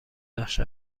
بخش